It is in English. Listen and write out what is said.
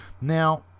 Now